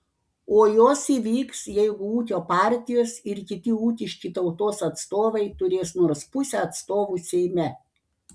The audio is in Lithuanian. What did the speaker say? o jos įvyks jeigu ūkio partijos ir kiti ūkiški tautos atstovai turės nors pusę atstovų seime